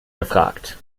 gefragt